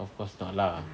of course not lah